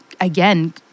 again